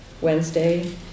Wednesday